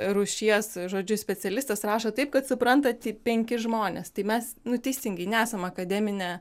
rūšies žodžiu specialistas rašo taip kad supranta tik penki žmonės tai mes nu teisingai nesam akademinė